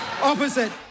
opposite